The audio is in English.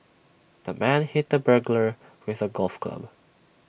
the man hit the burglar with A golf club